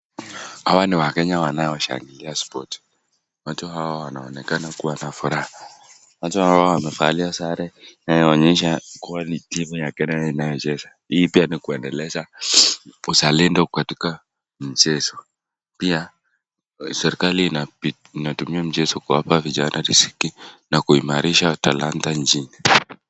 Hawa ni wakenya wanaoshabikia Spoti .Watu hawa wanaonekana kuwa na furaha. Wamevalia sare inayo onyesha kuwa ni timu ya kenya inayocheza. Hii pia nikueneza uzalendo katika mchezo. Pia serikali inatumia mchezo kuwapa vijana riziki na kuimarisha talanta nchini.